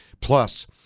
Plus